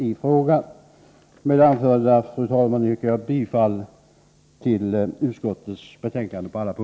Med det anförda, fru talman, yrkar jag bifall till utskottets hemställan på alla punkter.